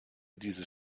dieses